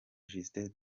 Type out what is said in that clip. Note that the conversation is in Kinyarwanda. justin